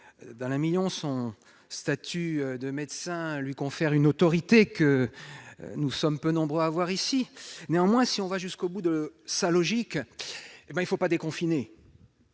d'Alain Milon. Son statut de médecin lui confère une autorité que nous sommes peu nombreux à avoir ici. Néanmoins, si l'on va jusqu'au bout de sa logique, il ne faut pas déconfiner